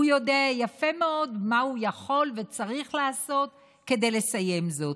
הוא יודע יפה מאוד מה הוא יכול וצריך לעשות כדי לסיים זאת,